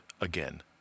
Again